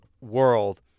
world